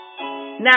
Now